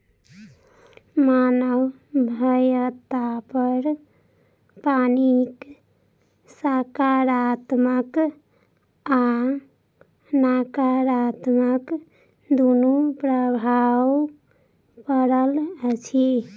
मानव सभ्यतापर पानिक साकारात्मक आ नाकारात्मक दुनू प्रभाव पड़ल अछि